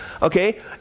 Okay